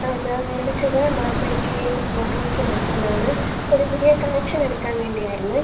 അ ഞാൻ വിളിച്ചത് Mampazhakkari block junction ന് അടുത്ത് നിന്നാണ് ഒര് പുതിയ കണക്ഷൻ എടുക്കാൻ വേണ്ടിയായിരുന്നേ